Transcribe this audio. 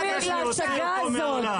לא ייאמן שאתה עושה קרנבל ופסטיבל מרצח של אנשים.